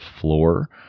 floor